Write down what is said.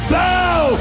bow